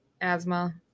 Asthma